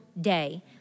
day